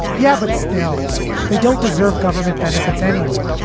yeah, but still they don't deserve government benefits anyway.